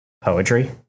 poetry